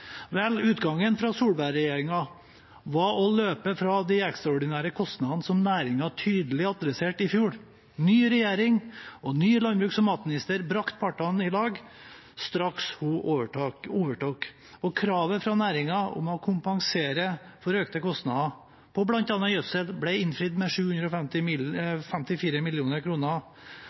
Vel, utgangen for Solberg-regjeringen var å løpe fra de ekstraordinære kostnadene som næringen tydelig adressert i fjor. Ny regjering og ny landbruks- og matminister brakte partene sammen straks hun overtok, og kravet fra næringen om å kompenseres for økte kostnader på bl.a. gjødsel ble innfridd med 754 mill.